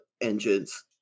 engines